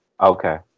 okay